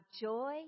joy